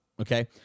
okay